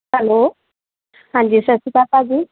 hello ਹਾਂਜੀ ਸਤਿ ਸ਼੍ਰੀ ਅਕਾਲ ਭਾਅ ਜੀ